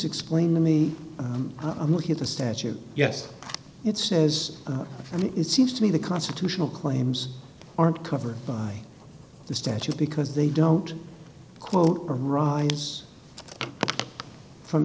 explain the me i'm looking at the statute yes it says i mean it seems to me the constitutional claims aren't covered by the statute because they don't quote derives from